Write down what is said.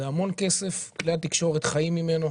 זה המון כסף, כלי התקשורת חיים ממנו.